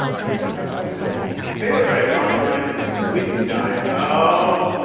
score another one for the hill people. maybe i'll try to popularize the swidden diet. ohhh!